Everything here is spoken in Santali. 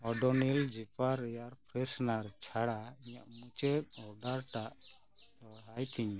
ᱚᱰᱚᱱᱤᱞ ᱡᱤᱯᱟᱨ ᱨᱮᱭᱟᱨ ᱯᱨᱮᱥᱱᱟᱨ ᱪᱷᱟᱲᱟ ᱤᱧᱟ ᱜ ᱢᱩᱪᱟᱹᱫ ᱚᱰᱟᱨ ᱴᱟᱜ ᱫᱚᱲᱦᱟᱭ ᱛᱤᱧᱢᱮ